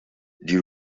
die